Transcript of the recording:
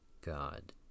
god